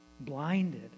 blinded